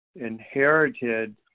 inherited